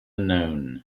known